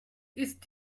ist